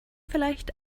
vielleicht